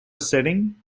setting